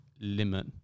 limit